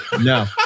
No